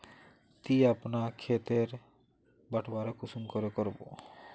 ती अपना खेत तेर बटवारा कुंसम करे करबो?